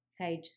Page